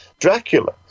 ...Dracula